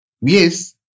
Yes